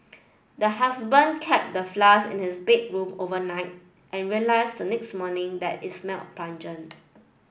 the husband kept the flask in his bedroom overnight and realised the next morning that it smelt pungent